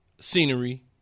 scenery